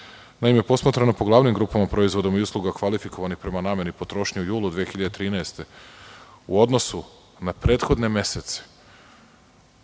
nije. Naime, posmatrano po glavnim grupama proizvoda i usluga kvalifikovanih prema nameni potrošnje, u julu 2013. godine u odnosu na prethodne mesece